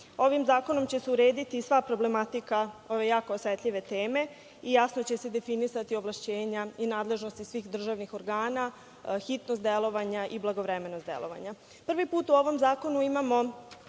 zakonom će se urediti i sva problematika ove jako osetljive teme i jasno će se definisati ovlašćenja i nadležnosti svih državnih organa, hitnost delovanja i blagovremenost delovanja. Prvi put u ovom zakonu imamo